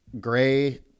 Gray